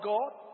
God